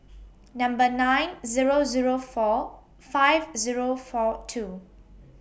Number nine Zero Zero four five Zero four two